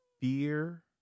fear